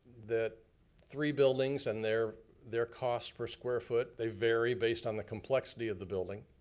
that three buildings, and their their cost per square foot, they vary based on the complexity of the building.